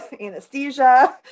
anesthesia